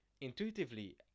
Intuitively